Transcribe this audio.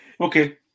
Okay